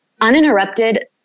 uninterrupted